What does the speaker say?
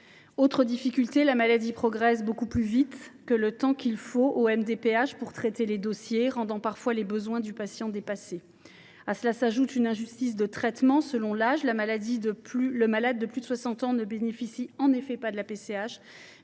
Autre difficulté : la maladie progresse beaucoup plus vite que le temps qu’il faut aux MDPH pour traiter les dossiers, alors que les besoins du patient sont parfois dépassés ! À cela s’ajoute une injustice de traitement selon l’âge : le malade de plus de 60 ans bénéficie non pas de la PCH,